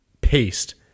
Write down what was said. paste